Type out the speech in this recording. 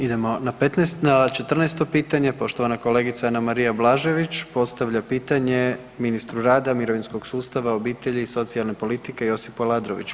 Idemo na 14. pitanje, poštovana kolegica Anamarija Blažević postavlja pitanje ministru rada, mirovinskog sustava, obitelji i socijalne politike Josipu Aladroviću.